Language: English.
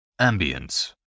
Ambience